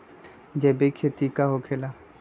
जैविक खेती का होखे ला?